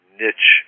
niche